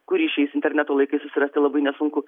kurį šiais interneto laikais susirasti labai nesunku